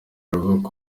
urugo